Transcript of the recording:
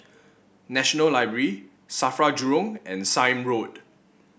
National Library Safra Jurong and Sime Road